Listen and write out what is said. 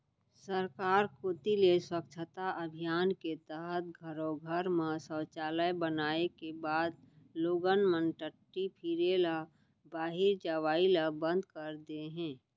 सरकार कोती ले स्वच्छता अभियान के तहत घरो घर म सौचालय बनाए के बाद लोगन मन टट्टी फिरे ल बाहिर जवई ल बंद कर दे हें